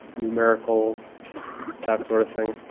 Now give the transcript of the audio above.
numerical that sort of thing.